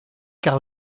car